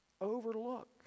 Overlook